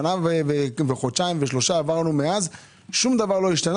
שנה וחודשיים ושלושה שום דבר לא השתנה